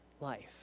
life